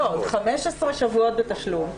15 שבועות בתשלום,